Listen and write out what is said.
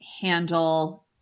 handle